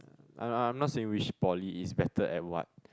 I'm I'm not saying which poly is better at what